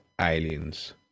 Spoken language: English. aliens